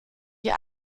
ihr